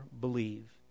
believe